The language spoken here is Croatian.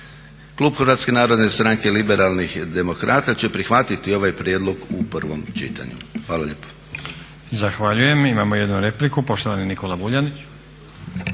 klub HNS-a liberalnih demokrata će prihvatiti ovaj prijedlog u prvom čitanju. Hvala lijepa. **Stazić, Nenad (SDP)** Zahvaljujem. Imamo jednu repliku, poštovani Nikola Vuljanić.